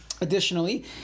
Additionally